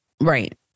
Right